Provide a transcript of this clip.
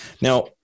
Now